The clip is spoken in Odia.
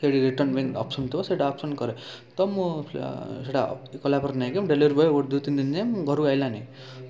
ସେଠି ରିଟର୍ନ ପାଇଁ ଅପସନ୍ ଥିବ ସେଇଟା ଅପସନ୍ କରେ ତ ମୁଁ ସେଟା ଇଏ କଲାପରେ ନାଇଁକି ଡେଲିଭରି ବଏ ଦୁଇ ତିନି ଦିନ ଯାଏ ଘରୁ ଆଇଲାନି